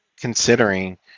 considering